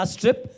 Strip